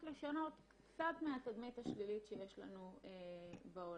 לשנות קצת מהתדמית השלילית שיש לנו בעולם.